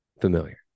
familiar